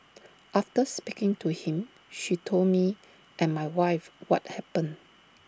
after speaking to him she told me and my wife what happened